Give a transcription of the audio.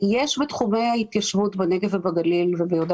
שיש בתחומי ההתיישבות בנגב ובגליל וביהודה